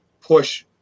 push